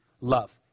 love